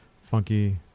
funky